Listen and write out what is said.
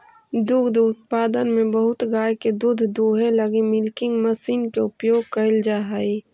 दुग्ध उत्पादन में बहुत गाय के दूध दूहे लगी मिल्किंग मशीन के उपयोग कैल जा हई